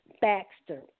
Baxter